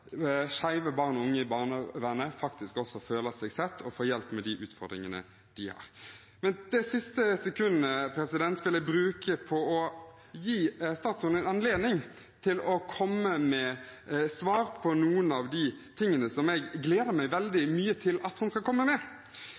skeive barn og unge i barnevernet føler seg sett og får hjelp med de utfordringene de har. Det siste sekundet vil jeg bruke på å gi statsråden anledning til å komme med svar på noen av de tingene som jeg gleder meg veldig mye til at hun skal komme med.